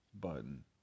button